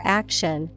action